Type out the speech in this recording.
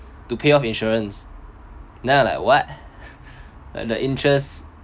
to pay off insurance then I'm like what the interests